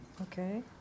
Okay